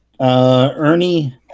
Ernie